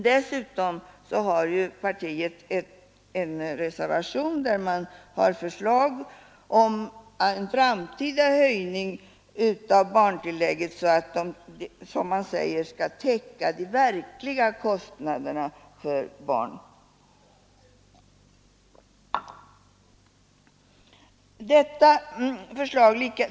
Dessutom har partiet en reservation med förslag om en framtida höjning av barntillägget så att det, som man säger, skall täcka de verkliga kostnaderna för barn.